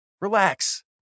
Relax